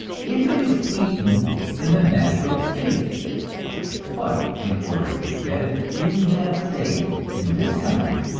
if it is eaten in the natural state but in order to get it in that state in this country,